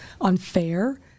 unfair